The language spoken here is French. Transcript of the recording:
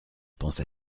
pensa